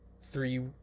three